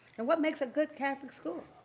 and what makes a good catholic school?